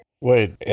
Wait